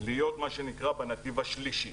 להיות מה שנקרא בנתיב השלישי.